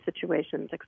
situations